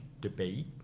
debate